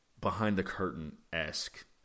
behind-the-curtain-esque